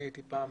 הייתי פעם